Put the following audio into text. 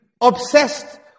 obsessed